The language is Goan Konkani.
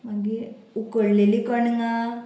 मागीर उकडलेलीं कणगां